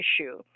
issue